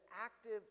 active